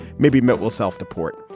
maybe mitt will self-deport.